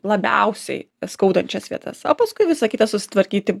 labiausiai skaudančias vietas o paskui visa kita susitvarkyti